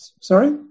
Sorry